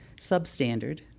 substandard